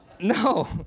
no